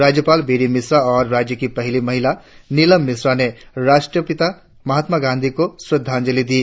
राज्यपाल B D Mishra और राज्य की पहली महिला निलम मिश्रा ने राष्ट्रपिता महात्मा गांधी को श्रद्धाजंली दी